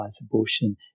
abortion